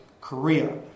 Korea